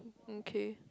okay